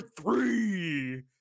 three